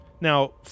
now